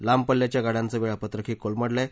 लांब पल्ल्याच्या गाड्यांचे वेळापत्रकही कोलमडलय